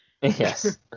Yes